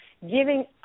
giving